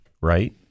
right